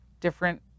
different